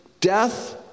death